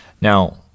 now